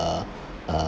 uh